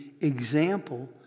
example